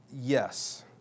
Yes